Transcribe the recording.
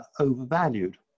overvalued